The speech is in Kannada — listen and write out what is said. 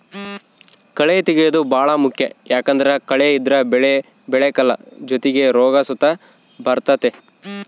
ಕಳೇ ತೆಗ್ಯೇದು ಬಾಳ ಮುಖ್ಯ ಯಾಕಂದ್ದರ ಕಳೆ ಇದ್ರ ಬೆಳೆ ಬೆಳೆಕಲ್ಲ ಜೊತಿಗೆ ರೋಗ ಸುತ ಬರ್ತತೆ